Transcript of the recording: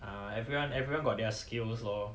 uh everyone everyone got their skills lor